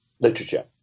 literature